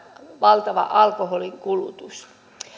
valtava alkoholin kulutus